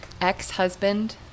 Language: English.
ex-husband